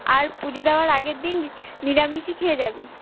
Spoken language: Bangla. আর পুজো দেওয়ার আগের দিন নিরামিষই খেয়ে যাবি